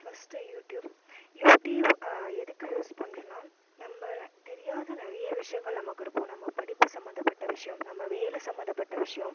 first YouTube YouTube எதுக்கு use பண்ணுறேன்னா நம்ம தெரியாத நிறைய விஷயங்கள் நமக்கு இருக்கும் நம்ம படிப்பு சம்பந்தப்பட்ட விஷயம் நம்ம வேலை சம்பந்தப்பட்ட விஷயம்